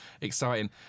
exciting